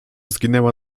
zginęła